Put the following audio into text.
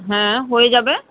হ্যাঁ হয়ে যাবে